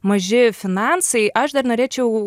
maži finansai aš dar norėčiau